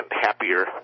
happier